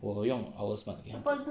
我用 OwlSmart again